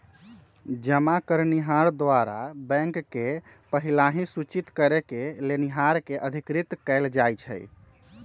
जमा करनिहार द्वारा बैंक के पहिलहि सूचित करेके लेनिहार के अधिकृत कएल जाइ छइ